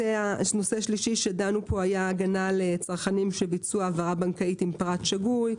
נושא שלישי שדנו פה היה ההגנה לצרכנים שביצעו העברה בנקאית עם פרט שגוי.